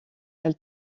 elle